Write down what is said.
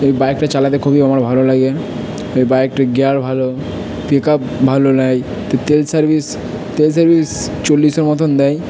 তো বাইকটা চালাতে খুবই আমার ভালো লাগে এই বাইকটার গিয়ার ভালো পিক আপ ভালো নয় তেল সার্ভিস তেল সার্ভিস চল্লিশের মতোন দেয়